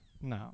No